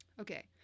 Okay